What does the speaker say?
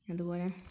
അതുപോലെ